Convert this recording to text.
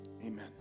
Amen